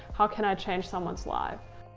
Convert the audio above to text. how can i change someone's life?